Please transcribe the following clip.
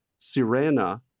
sirena